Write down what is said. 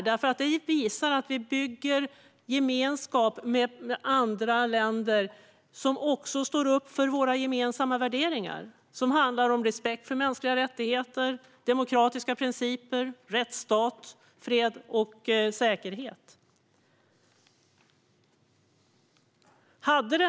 Det visar att vi bygger gemenskap med andra länder som står upp för våra gemensamma värderingar: respekt för mänskliga rättigheter, demokratiska principer, rättsstaten, fred och säkerhet. Herr talman!